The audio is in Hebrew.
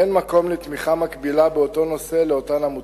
אין מקום לתמיכה מקבילה באותו נושא לאותן עמותות.